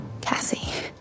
Cassie